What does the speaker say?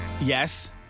Yes